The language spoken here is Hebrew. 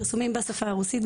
פרסומים גם בשפה הרוסית.